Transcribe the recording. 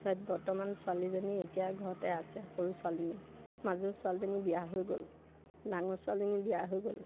তাৰপিছত বৰ্তমান ছোৱালীজনী এতিয়া ঘৰতে আছে সৰু ছোৱালীজনী মাজুৰ ছোৱালীজনী বিয়া হৈ গ'ল ডাঙৰ ছোৱালীজনী বিয়া হৈ গ'ল